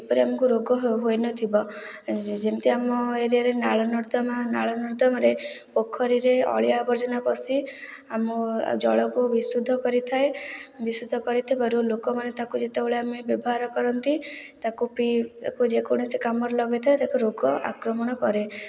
ଯେପରି ଆମକୁ ରୋଗ ହୋଇ ହୋଇନଥିବ ଯେ ଯେମିତି ଆମ ଏରିଆରେ ନାଳନର୍ଦ୍ଦମା ନାଳନର୍ଦ୍ଦମାରେ ପୋଖରୀରେ ଅଳିଆ ଆବର୍ଜନା ପଶି ଆମ ଜଳକୁ ବିଶୁଦ୍ଧ କରିଥାଏ ବିଶୁଦ୍ଧ କରିଥିବାରୁ ଲୋକମାନେ ତାକୁ ଯେତେବେଳେ ଆମେ ବ୍ୟବହାର କରନ୍ତି ତାକୁ ତାକୁ ଯେକୌଣସି କାମରେ ଲଗାଇଥାଏ ତାକୁ ରୋଗ ଆକ୍ରମଣ କରେ